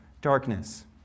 darkness